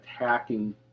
attacking